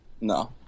No